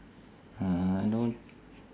uh no